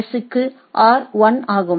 S க்கு R 1 ஆகும்